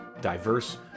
diverse